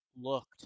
looked